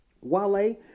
Wale